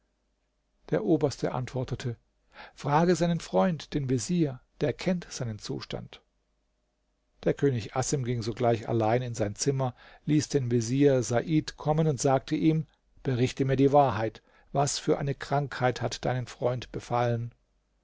der oberste antwortete frage seinen freund den vezier der kennt seinen zustand der könig assem ging sogleich allein in sein zimmer ließ den vezier said kommen und sagte ihm berichte mir die wahrheit was für eine krankheit hat deinen freund befallen